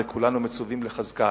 וכולנו מצווים לחזקה.